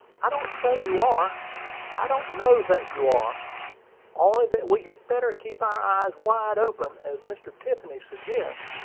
i don't say you are i don't know that you are only that we had better keep our eyes wide open, as mr. tiffany suggests.